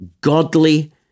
godly